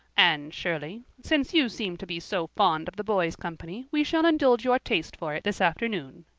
anne shirley, since you seem to be so fond of the boys' company we shall indulge your taste for it this afternoon,